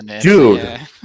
dude